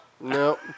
no